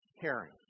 Caring